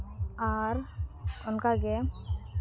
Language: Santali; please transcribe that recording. ᱟᱨ ᱚᱱᱠᱟᱜᱮ